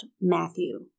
Matthew